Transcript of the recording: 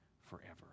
forever